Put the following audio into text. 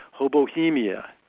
Hobohemia